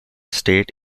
state